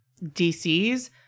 DCs